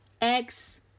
Eggs